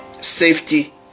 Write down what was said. safety